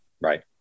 Right